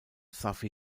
sufi